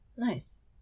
nice